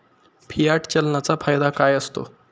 Fiat चलनाचा फायदा काय असतो?